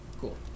Cool